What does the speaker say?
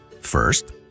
First